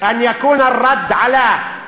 וברמה האישית אני אופטימי שכתגובה על ליברמן